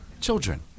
Children